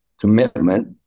commitment